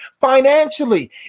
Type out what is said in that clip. financially